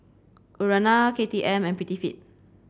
Urana K T M and Prettyfit